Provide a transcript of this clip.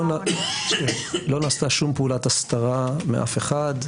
לא נעשתה שום פעולת הסתרה מאף אחד.